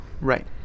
Right